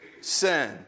sin